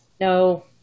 No